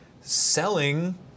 selling